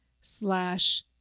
slash